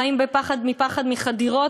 חיים בפחד מחדירות,